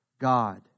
God